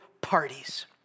parties